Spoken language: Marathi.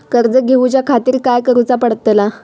कर्ज घेऊच्या खातीर काय करुचा पडतला?